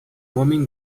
homem